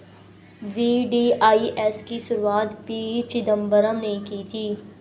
VDIS की शुरुआत P Chidambaram ने की थी